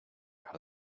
how